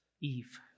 Eve